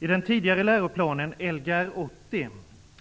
I den tidigare läroplanen, Lgr 80,